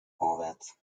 vorwärts